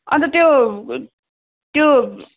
अन्त त्यो त्यो